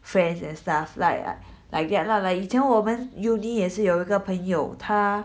friends and stuff like ah like that lah like 以前我们 uni 也是有一个朋友她